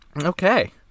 Okay